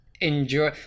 enjoy